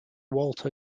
walter